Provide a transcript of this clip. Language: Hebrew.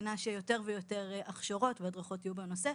מאמינה שיותר הדרכות והכשרות יהיו בנושא.